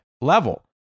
level